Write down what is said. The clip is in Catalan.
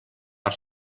per